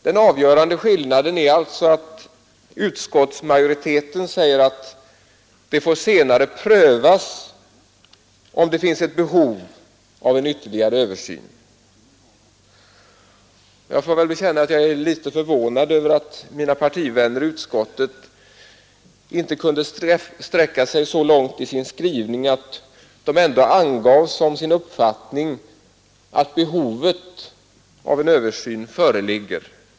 Den avgörande skillnaden är alltså att utskottsmajoriteten säger att det senare får prövas om det finns ett behov av ytterligare översyn. Jag får väl bekänna att jag är litet förvånad över att mina partivänner i utskottet inte kunde sträcka sig så långt i sin skrivning att de ändå angav som sin uppfattning att behovet av en översyn föreligger.